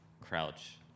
crouch